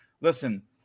Listen